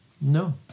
No